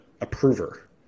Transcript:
approver